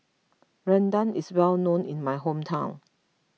Rendang is well known in my hometown